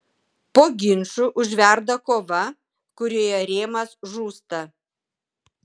po ginčų užverda kova kurioje rėmas žūsta